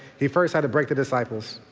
he first had to break the disciples.